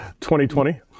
2020